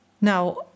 Now